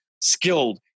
skilled